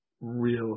real